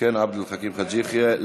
עבד אל חכים חאג' יחיא.